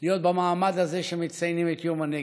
להיות במעמד הזה שבו מציינים את יום הנגב.